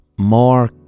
more